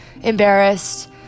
embarrassed